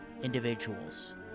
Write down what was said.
individuals